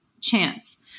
chance